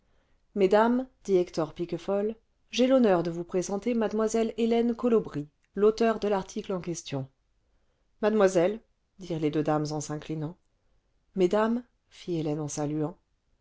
mesdames dit hector piquefol j'ai l'honneur de vous présenter mlle hélène colobry l'auteur de l'article en question mademoiselle dirent les deux dames en s'inclinant le vingtième siècle mesdames fit hélène en saluant